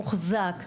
מוחזק,